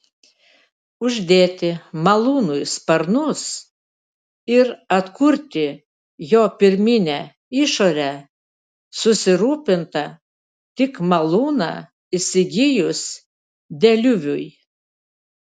uždėti malūnui sparnus ir atkurti jo pirminę išorę susirūpinta tik malūną įsigijus deliuviui